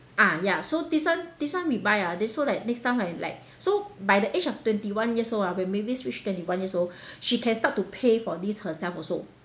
ah ya so this one this one we buy ah this so like next time when like so by the age of twenty one years old ah when mavis reach twenty one years old she can start to pay for this herself also